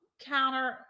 counter